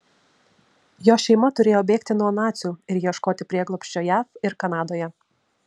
jo šeima turėjo bėgti nuo nacių ir ieškoti prieglobsčio jav ir kanadoje